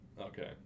Okay